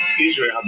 israel